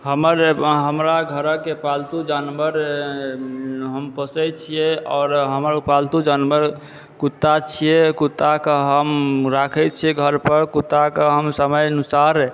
हमर हमरा घरके पालतू जानवर हम पोसए छिऐ आओर हम ओ पालतू जानवर कुत्ता छिऐ कुत्ताके हम राखए छिऐ घर पर कुत्ताके हम समय अनुसार